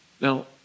Now